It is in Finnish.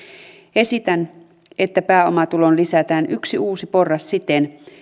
esitän että pääomatuloon lisätään yksi uusi porras siten